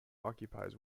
occupies